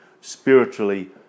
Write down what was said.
spiritually